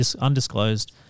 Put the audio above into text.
undisclosed